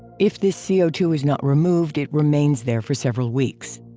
if this c o two is not removed it remains there for several weeks.